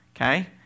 okay